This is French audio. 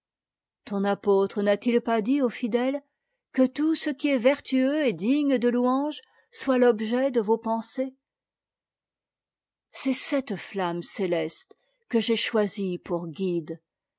ton apôtre n'a-t-il pas dit aux ndè es que tout ce qui est vertueux et digne de louange e soit l'objet de vos pensées c'est cette flamme céleste que j'ai choisie pour guide